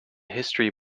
history